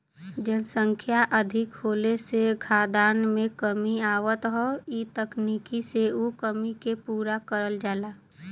जनसंख्या अधिक होले से खाद्यान में कमी आवत हौ इ तकनीकी से उ कमी के पूरा करल जाला